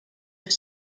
are